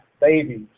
babies